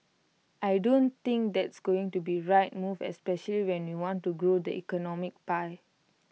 I don't think that's going to be right move especially when we want to grow the economic pie